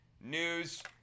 News